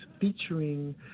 featuring